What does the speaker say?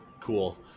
cool